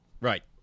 Right